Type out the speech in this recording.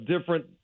different